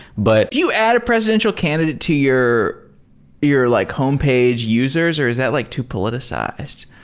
but you add a presidential candidate to your your like homepage users or is that like too politicized?